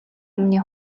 амны